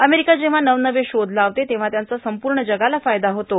America जेव्हा नवनवे शोध लावते तेव्हा त्याचा संपूर्ण जगाला फायदा होतो